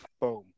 boom